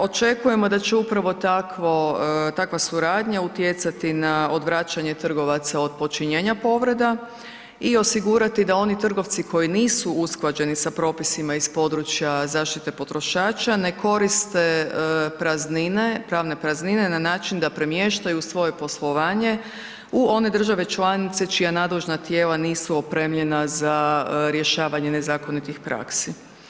Očekujemo da će upravo takva suradnja utjecati na odvraćanje trgovaca od počinjenja povreda i osigurati da oni trgovci koji nisu usklađeni sa propisima iz područja zaštite potrošača ne koriste pravne praznine na način da premještaju svoje poslovanje u one države članice čija nadležna tijela nisu opremljena za rješavanje nezakonitih praksi.